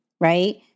right